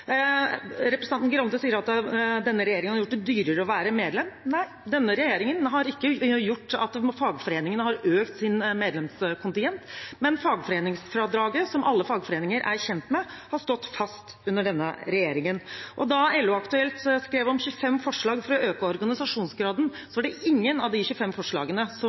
Representanten Arild Grande sier at denne regjeringen har gjort det dyrere å være medlem i en fagforening. Nei, regjeringen har ikke gjort slik at fagforeningene har økt sin medlemskontingent, men fagforeningsfradraget, som alle fagforeninger er kjent med, har stått fast under denne regjeringen. Da LO-Aktuelt skrev om 25 forslag for å øke organisasjonsgraden, var det ingen av de 25 forslagene som